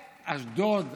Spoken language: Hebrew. אשדוד,